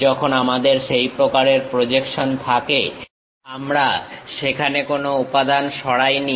যখন আমাদের সেই প্রকারের প্রজেকশন থাকে আমরা সেখানে কোনো উপাদান সরাইনি